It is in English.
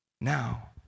Now